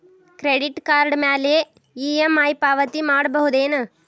Credit card ಮ್ಯಾಲೆ EMI ಪಾವತಿ ಮಾಡ್ಬಹುದೇನು?